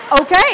Okay